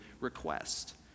request